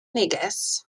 neges